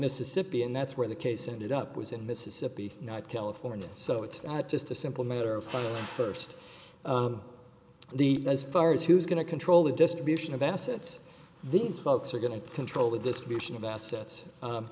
mississippi and that's where the case ended up was in mississippi not california so it's just a simple matter of one first the as far as who's going to control the distribution of assets these folks are going to control the distribution of the assets